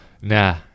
Nah